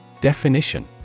Definition